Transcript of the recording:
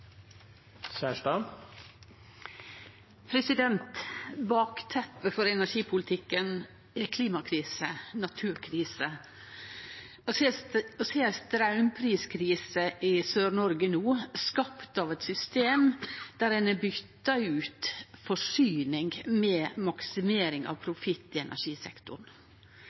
klimakrise, naturkrise. Vi har ei straumpriskrise i Sør-Noreg no, skapt av eit system der ein har bytt ut forsyning med maksimering av profitt i energisektoren.